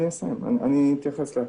אני אתייחס לכול.